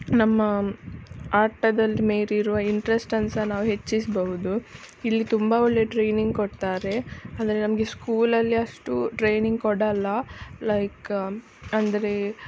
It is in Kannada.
ನಮ್ಮ ಆಟದಲ್ ಮೇಲಿರುವ ಇಂಟ್ರಸ್ಟನ್ನ ಸಹ ನಾವು ಹೆಚ್ಚಿಸಬಹುದು ಇಲ್ಲಿ ತುಂಬ ಒಳ್ಳೆ ಟ್ರೈನಿಂಗ್ ಕೊಡ್ತಾರೆ ಆದರೆ ನಮಗೆ ಸ್ಕೂಲಲ್ಲಿ ಅಷ್ಟು ಟ್ರೈನಿಂಗ್ ಕೊಡಲ್ಲ ಲೈಕ್ ಅಂದರೆ